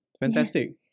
Fantastic